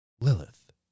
Lilith